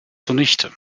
zunichte